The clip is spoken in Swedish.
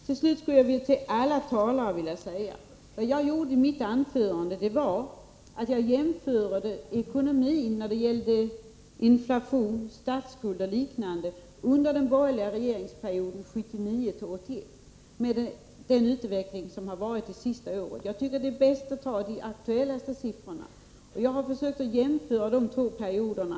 Till slut skulle jag till alla talare vilja säga följande: I mitt anförande jämförde jag ekonomin när det gäller inflationen, statsskulden och liknande under den borgerliga regeringsperioden 1979-1982 med den utveckling som har varit det senaste året. Jag tycker att det är bäst att ta de aktuella siffrorna. Jag har försökt att jämföra de två perioderna.